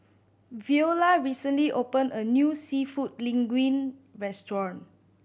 Viola recently opened a new Seafood Linguine Restaurant